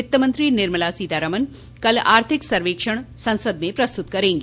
वित्त मंत्री निर्माला सीतारामन कल आर्थिक सर्वेक्षण संसद में प्रस्तुत करेंगी